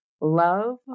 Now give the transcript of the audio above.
Love